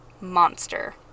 monster